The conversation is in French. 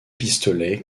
pistolets